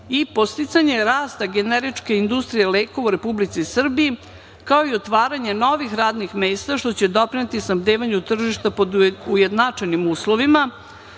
i podsticanje rasta generičke industrije lekova u Republici Srbiji, kao i otvaranje novih radnih mesta što će doprineti snabdevanju tržišta po ujednačenim uslovima